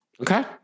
Okay